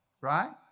Right